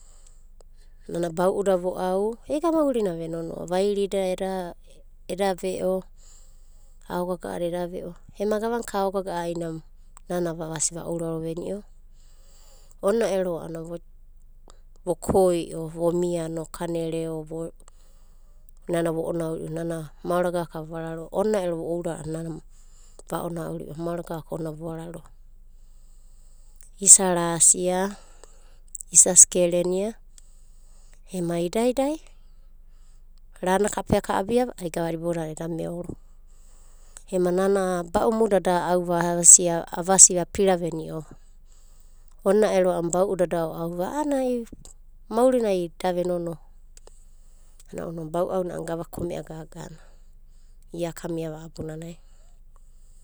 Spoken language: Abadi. Nana bau'uda vo'au ega maurina ve nonoa. Vairida eda eda ve'o, aogaga'ada eda ve'o. Ema gavanka aogaga'a ainava, nana vavasi va ouraro venio, onina ero a'ana vokoio vomia no kano reo eka vo. Nana vo'onau riu, nana maora gavaka vavararoa. Onna ero vo'ouraro a'ana nana va ounaurio, maora gavaka ona vovararoa. Isa rasia, isa skerenia ema idai idai rana kapea ka abiava ai gavada iboudadai eda meoro. Ema nana ero a'ana bau'uda da o'auva a'ana ai maurina da venonoa, a'ana ounanai bau'auna a'ana gavana kome'a korikori nana, ia kamiava abunanai